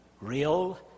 real